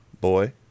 boy